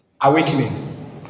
awakening